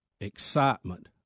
excitement